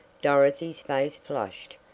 dorothy's face flushed.